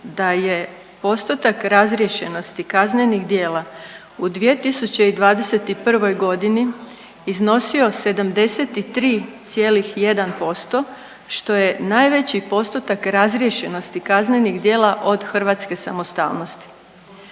da je postotak razriješenosti kaznenih djela u 2021.g. iznosio 73,1% što je najveći postupak razriješenosti kaznenih djela od Hrvatske samostalnosti.